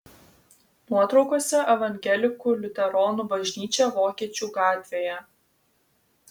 nuotraukose evangelikų liuteronų bažnyčia vokiečių gatvėje